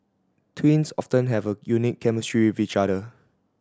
twins often have a unique chemistry with each other